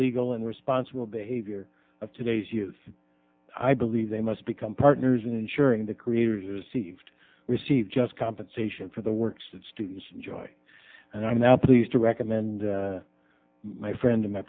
legal and responsible behavior of today's youth i believe they must become partners in ensuring the creator's sieved receive just compensation for the works that students enjoy and i'm now pleased to recommend my friend